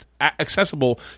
accessible